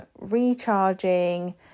recharging